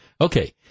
Okay